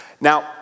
Now